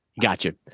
Gotcha